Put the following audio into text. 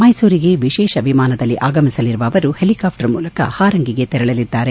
ಮೈಸೂರಿಗೆ ವಿಶೇಷ ವಿಮಾನದಲ್ಲಿ ಆಗಮಿಸಲಿರುವ ಅವರು ಹೆಲಿಕಾಪ್ಲರ್ ಮೂಲಕ ಹಾರಂಗಿಗೆ ತೆರಳಿದ್ದಾರೆ